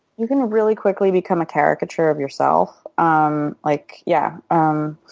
you can really quickly become a caricature of yourself. um like yeah, um